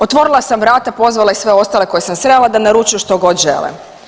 Otvorila sam vrata, pozvala i sve ostale koje sam srela da naručuju što god žele.